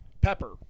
Pepper